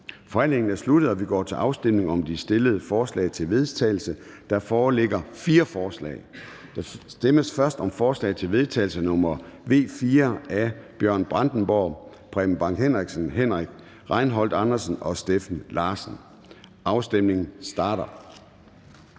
Forhandlingen er sluttet, og vi går til afstemning om de stillede forslag til vedtagelse. Der foreligger fire forslag. Der stemmes først om forslag til vedtagelse nr. V 4 af Bjørn Brandenborg (S), Preben Bang Henriksen (V), Henrik Rejnholt Andersen (M) og Steffen Larsen (LA). Afstemningen starter.